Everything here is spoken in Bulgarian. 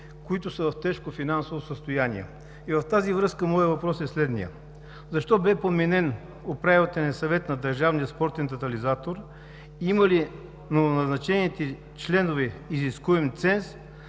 които са в тежко финансово състояние? И в тази връзка моят въпрос е следният – защо бе подменен Управителният съвет на Държавния спортен тотализатор, имат ли новоназначените членове изискуем ценз